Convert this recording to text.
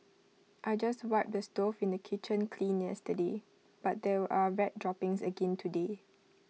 I just wiped the stove in the kitchen clean yesterday but there are rat droppings again today